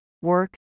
work